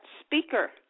speaker